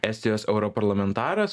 estijos europarlamentaras